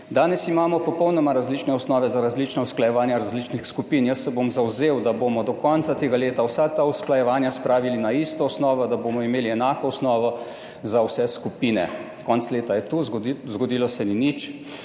»Danes imamo popolnoma različne osnove za različna usklajevanja različnih skupin. Jaz se bom zavzel, da bomo do konca tega leta vsa ta usklajevanja spravili na isto osnovo, da bomo imeli enako osnovo za vse skupine.« Konec leta je tu, zgodilo se ni nič.